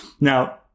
Now